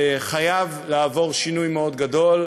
שחייב לעבור שינוי מאוד גדול,